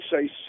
say